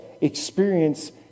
experience